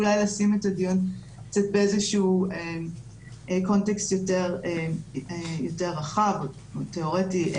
אולי לשים את הדיון קצת באיזשהו קונטקסט יותר רחב או תיאורטי.